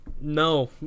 No